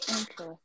Okay